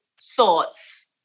thoughts